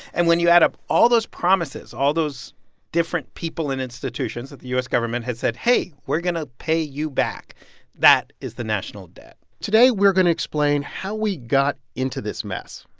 and when you add up all those promises, all those different people and institutions that the u s. government has said, hey, we're going to pay you back that is the national debt today, we're going to explain how we got into this mess,